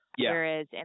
whereas